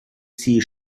sea